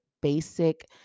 basic